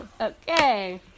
Okay